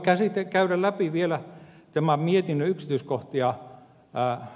voimme käydä läpi vielä tämän mietinnön yksityiskohtia ed